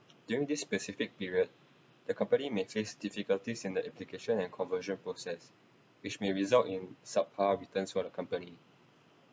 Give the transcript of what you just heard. during this specific period the company may face difficulties in the application and conversion process which may result in subpar returns for the company